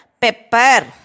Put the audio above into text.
pepper